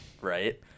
right